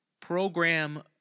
program